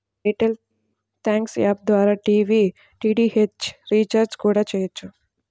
air tell thanks app ద్వారా TV DTH recharge కూడా చెయ్యొచ్చు